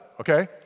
okay